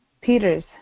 Peter's